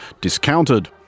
discounted